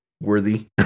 worthy